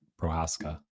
Prohaska